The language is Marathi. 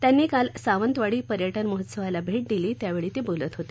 त्यांनी काल सावंतवाडी पर्यटन महोत्सवाला भेट दिली त्यावेळी ते बोलत होते